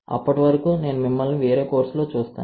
అప్పటి వరకు నేను మిమ్మల్ని వేరే కోర్సులో చూస్తాను